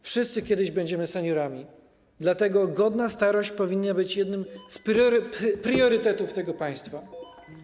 Wszyscy kiedyś będziemy seniorami, dlatego godna starość powinna być jednym z priorytetów tego państwa.